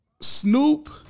Snoop